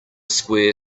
square